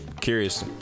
curious